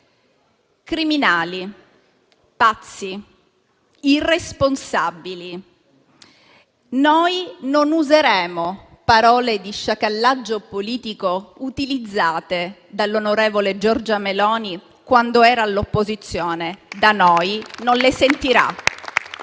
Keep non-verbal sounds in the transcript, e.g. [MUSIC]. Criminali, pazzi, irresponsabili: noi non useremo parole di sciacallaggio politico utilizzate dall'onorevole Giorgia Meloni quando era all'opposizione. [APPLAUSE] Da noi non le sentirà,